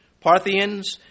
Parthians